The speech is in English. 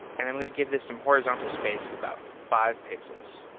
and i'm going to give this some horizontal space of about five pixels.